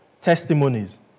testimonies